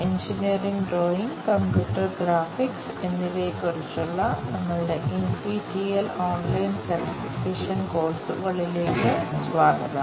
engineering drawing computer graphics എന്നിവയെക്കുറിച്ചുള്ള നമ്മളുടെ NPTEL online certification കോഴ്സുകളിലേക്ക് സ്വാഗതം